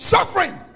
suffering